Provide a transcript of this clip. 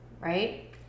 right